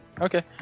Okay